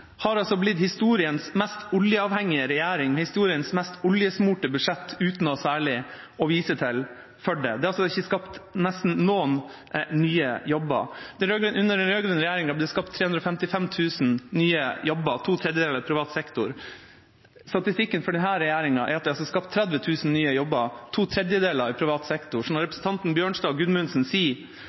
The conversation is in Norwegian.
er altså nesten ikke skapt noen nye jobber. Under den rød-grønne regjeringa ble det skapt 355 000 nye jobber, to tredjedeler i privat sektor. Statistikken for denne regjeringa er at det er skapt 30 000 nye jobber, to tredjedeler i privat sektor. Når representantene Bjørnstad og Gudmundsen sier